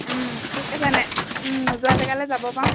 ঠিক আছে নে নোযোৱা জেগালৈ যাব পাম